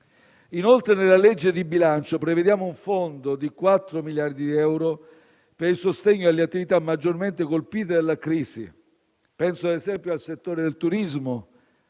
Inoltre, nella legge di bilancio prevediamo un fondo di quattro miliardi di euro per il sostegno alle attività maggiormente colpite dalla crisi, penso ad esempio al settore del turismo,